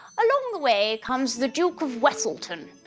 along the way comes the duke of weselton.